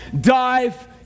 Dive